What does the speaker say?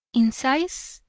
in size,